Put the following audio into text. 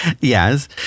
Yes